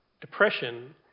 depression